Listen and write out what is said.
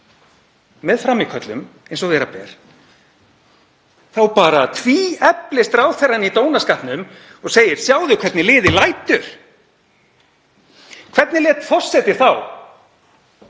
með frammíköllum eins og vera ber þá bara tvíeflist ráðherrann í dónaskapnum, segir: „Sjáðu hvernig liðið lætur.“ Hvernig lét forseti þá?